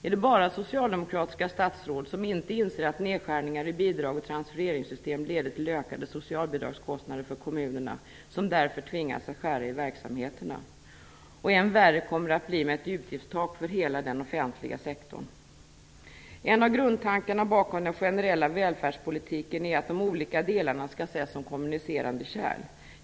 Är det bara socialdemokratiska statsråd som inte inser att nedskärningar i fråga om bidrag och transfereringssystem leder till ökade socialbidragskostnader för kommunerna, som därför tvingas skära i verksamheterna? Ännu värre kommer det att bli med ett utgiftstak för hela den offentliga sektorn. En av grundtankarna bakom den generella välfärdspolitiken är ju att de olika delarna skall ses som kommunicerande kärl.